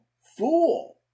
fool